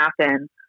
happen